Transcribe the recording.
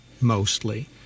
mostly